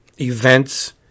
events